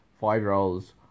five-year-olds